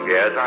Yes